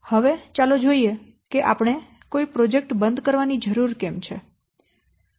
હવે ચાલો જોઈએ કે આપણે કોઈ પ્રોજેક્ટ બંધ કરવાની જરૂર કેમ છે